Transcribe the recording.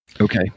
Okay